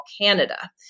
Canada